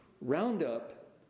Roundup